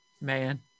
man